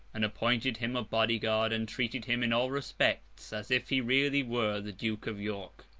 and appointed him a body-guard, and treated him in all respects as if he really were the duke of york.